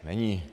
Není.